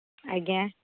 ଆଜ୍ଞା